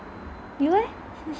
you leh